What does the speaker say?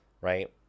right